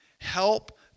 Help